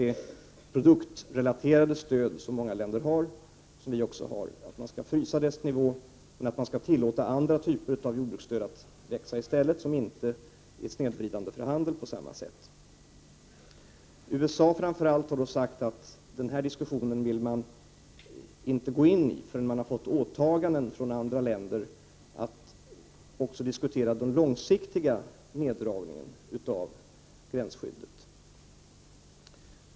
Det produktrelaterade stöd som många länder, däribland även Sverige, har skall alltså frysas, medan andra typer av stöd skall tillåtas växa i stället, dvs. sådana stödformer som inte snedvrider handeln på samma sätt. Framför allt USA har sagt att man inte vill gå in i den diskussionen förrän man har fått åtaganden från andra länder att också diskutera den långsiktiga neddragningen av gränsskyddet.